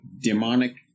demonic